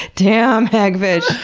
daaamn, hagfish!